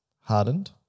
hardened